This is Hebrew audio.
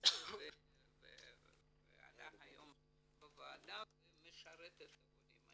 וחצי ועלה היום בוועדה, ומשרת את העולים.